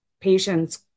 patients